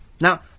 Now